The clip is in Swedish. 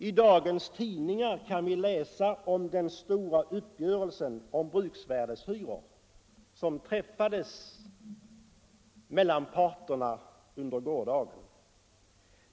I dagens tidningar kan vi läsa om den stora uppgörelse om bruksvärdeshyror som träffades mellan parterna under gårdagen.